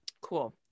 Cool